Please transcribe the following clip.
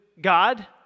God